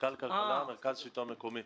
סמנכ"ל כלכלה במרכז השלטון המקומי.